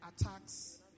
attacks